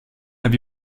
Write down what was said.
have